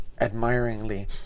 admiringly